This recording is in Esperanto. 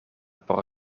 por